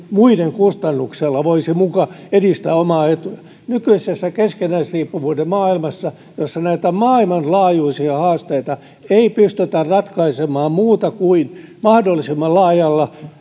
muiden kustannuksella voisi muka edistää omaa etuaan nykyisessä keskinäisriippuvuuden maailmassa jossa näitä maailmanlaajuisia haasteita ei pystytä ratkaisemaan muuten kuin mahdollisimman laajalla